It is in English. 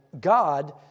God